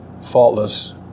Faultless